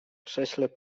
krześle